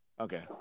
okay